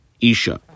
Isha